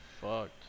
fucked